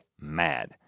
mad